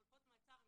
חלופות מעצר הן